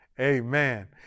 Amen